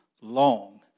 long